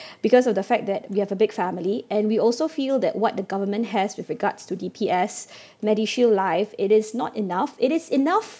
because of the fact that we have a big family and we also feel that what the government has with regards to the D_P_S MediShield life it is not enough it is enough